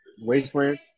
Wasteland